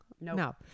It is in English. No